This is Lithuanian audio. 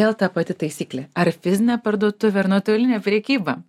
vėl ta pati taisyklė ar fizinė parduotuvė ar nuotolinė prekyba